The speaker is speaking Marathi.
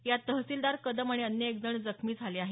यात तहसिलदार कदम आणि अन्य एक जण जखमी झाला आहे